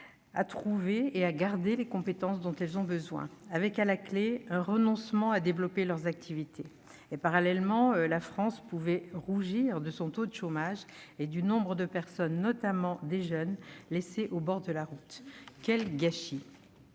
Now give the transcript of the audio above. à trouver et à garder les compétences dont ils avaient besoin, cette situation les amenant parfois à renoncer à développer leur activité. Parallèlement, la France pouvait rougir de son taux de chômage et du nombre de personnes, notamment des jeunes, laissées au bord de la route. Quel gâchis !